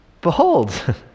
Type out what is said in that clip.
behold